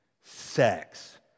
sex